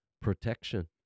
protection